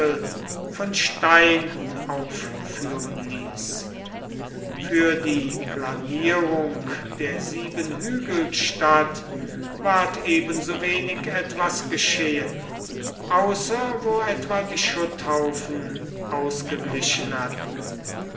von stein aufführen ließ für die planierung der siebenhügelstadt war ebensowenig etwas geschehen außer wo etwa die schutthaufen ausgeglichen hatten